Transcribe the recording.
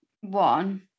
one